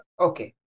okay